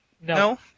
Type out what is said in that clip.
No